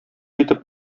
итеп